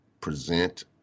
present